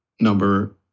number